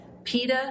Pita